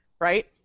right